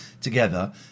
together